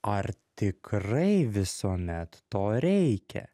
o ar tikrai visuomet to reikia